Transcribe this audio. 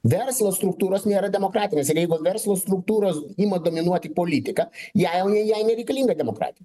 verslo struktūros nėra demokratinės ir jeigu verslo struktūros ima dominuoti politika jei jai nereikalinga demokratija